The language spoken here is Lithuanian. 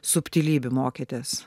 subtilybių mokėtės